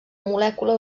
molècula